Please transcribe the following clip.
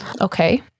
Okay